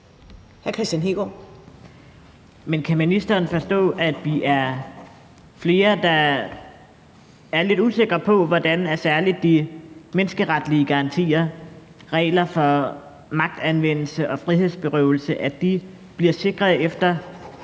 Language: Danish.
Men kan ministeren forstå, at vi er flere, der er lidt usikre på, hvordan særlig de menneskeretlige garantier og regler for magtanvendelse og frihedsberøvelse bliver sikret efter